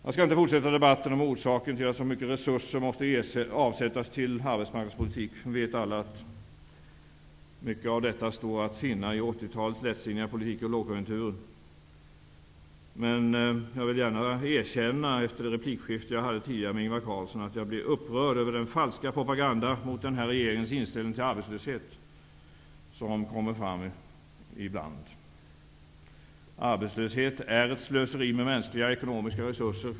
Jag skall inte fortsätta debatten om orsaken till att så mycket resurser måste avsättas för arbetsmarknadspolitik, därför att alla vet att mycket av detta står att finna i 80-talets lättsinniga politik och lågkonjunkturer. Men efter det replikskifte som jag tidigare hade med Ingvar Carlsson måste jag erkänna att jag blev upprörd över den falska propagandan mot regeringens inställning till arbetslöshet. Arbetslöshet är ett slöseri med mänskliga och ekonomiska resurser.